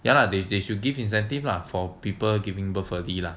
ya lah they they should give incentive lah for people giving birth early lah